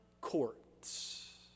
courts